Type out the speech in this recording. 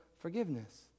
forgiveness